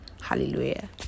Hallelujah